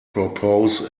propose